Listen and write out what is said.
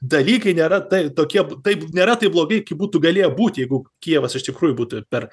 dalykai nėra tai tokie taip nėra taip blogai kaip būtų galėję būti jeigu kijevas iš tikrųjų būtų per